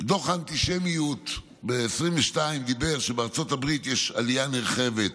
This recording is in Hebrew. שדוח האנטישמיות ב-2022 דיבר על כך שבארצות הברית יש עלייה נרחבת: